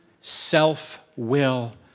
self-will